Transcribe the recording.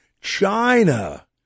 China